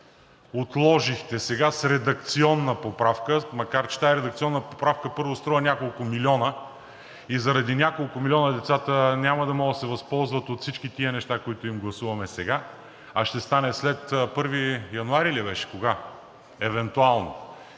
отложихте сега с редакционна поправка? Макар че тази редакционна поправка, първо, струва няколко милиона и заради няколко милиона децата няма да могат да се възползват от всички тези неща, които им гласуваме сега, а ще стане след 1 януари ли беше, кога, евентуално?